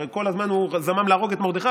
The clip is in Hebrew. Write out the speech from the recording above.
הרי כל הזמן הוא זמם להרוג את מרדכי,